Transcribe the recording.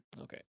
Okay